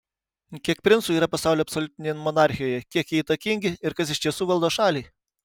kiek princų yra pasaulio absoliutinėje monarchijoje kiek jie įtakingi ir kas iš tiesų valdo šalį